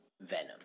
Venom